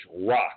rock